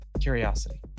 curiosity